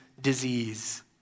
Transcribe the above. disease